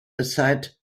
aside